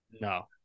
No